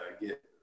get